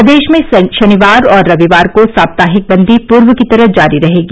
प्रदेश में शनिवार और रविवार को साप्ताहिक बन्दी पूर्व की तरह जारी रहेगी